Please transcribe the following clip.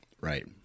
right